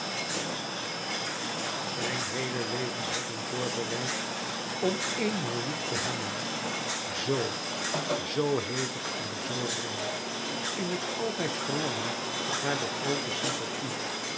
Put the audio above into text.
zijn heele leven had hem voorbereid om éenmaal lief te hebben zoo zoo hevig en zoo rein in het altijd verlangen naar de groote sympathie